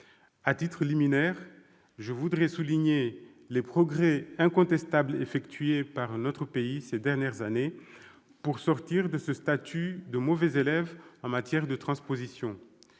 En préambule, je voudrais souligner les progrès incontestables effectués par notre pays ces dernières années pour sortir de ce statut de « mauvais élève » en matière de transposition.